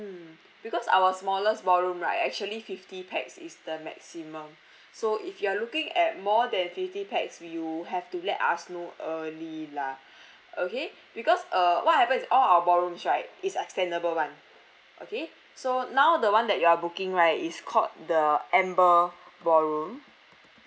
mm because our smallest ballroom right actually fifty pax is the maximum so if you are looking at more than fifty pax you have to let us know early lah okay because uh what happened is all our ballrooms right is extendable [one] okay so now the one that you're booking right is called the amber ballroom